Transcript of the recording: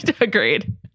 agreed